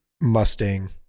Mustang